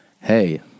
Hey